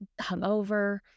hungover